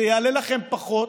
זה יעלה לכם פחות,